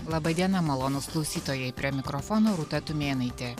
laba diena malonūs klausytojai prie mikrofono rūta tumėnaitė